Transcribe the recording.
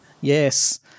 Yes